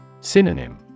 Synonym